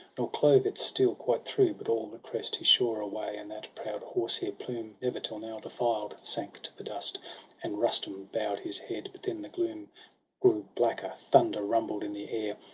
nor clove its steel quite through but all the crest he shore away, and that proud horsehair plume. never till now defiled, sank to the dust and rustum bow'd his head but then the gloom grew blacker, thunder rumbled in the air,